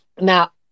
now